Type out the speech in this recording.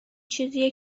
چیزیه